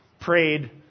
prayed